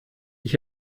ich